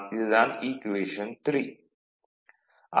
இதுதான் ஈக்குவேஷன் 3